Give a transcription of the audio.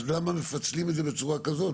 אז למה מפצלים את זה בצורה כזאת?